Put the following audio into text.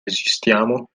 esistiamo